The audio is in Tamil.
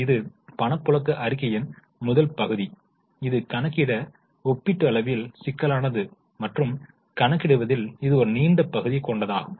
இது பணப்புழக்க அறிக்கையின் முதல் பகுதி இது கணக்கிட ஒப்பீட்டளவில் சிக்கலானது மற்றும் கணக்கிடுவதில் இது ஒரு நீண்ட பகுதியை கொண்டதாகும்